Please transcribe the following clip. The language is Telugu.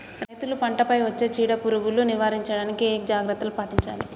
రైతులు పంట పై వచ్చే చీడ పురుగులు నివారించడానికి ఏ జాగ్రత్తలు పాటించాలి?